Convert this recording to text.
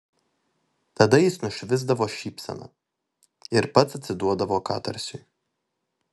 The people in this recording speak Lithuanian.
tada jis nušvisdavo šypsena ir pats atsiduodavo katarsiui